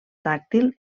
tàctil